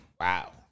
Wow